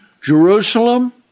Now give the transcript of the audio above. Jerusalem